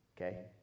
Okay